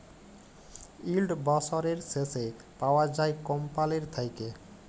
yield বসরের শেষে পাউয়া যায় কম্পালির থ্যাইকে